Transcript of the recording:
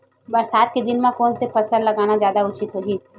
बरसात के दिन म कोन से फसल लगाना जादा उचित होही?